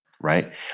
right